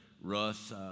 Russ—